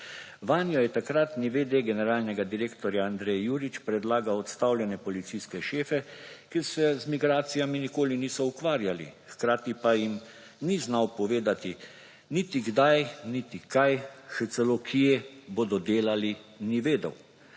Vanjo je takratni v. d. generalnega direktorja Andrej Jurič predlagal odstavljene policijske šefe, ki se z migracijami nikoli niso ukvarjali; hkrati pa jim ni znal povedati, niti kdaj, niti kaj, še celo kje bodo delali, ni vedel.